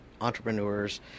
entrepreneurs